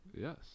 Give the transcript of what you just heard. Yes